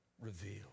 revealed